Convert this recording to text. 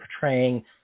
portraying